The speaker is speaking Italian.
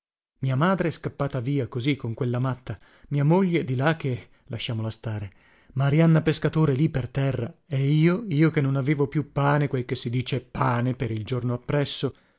mia madre scappata via così con quella matta mia moglie di là che lasciamola stare marianna pescatore lì per terra e io io che non avevo più pane quel che si dice pane per il giorno appresso